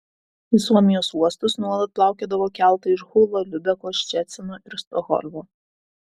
į suomijos uostus nuolat plaukiodavo keltai iš hulo liubeko ščecino ir stokholmo